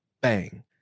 bang